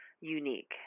unique